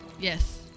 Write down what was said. Yes